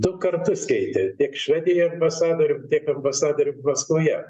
du kartus keitė tiek švedijoj ambasadorium tiek ambasadorium maskvoje